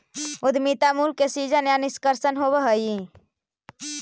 उद्यमिता मूल्य के सीजन या निष्कर्षण होवऽ हई